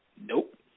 Nope